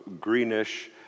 greenish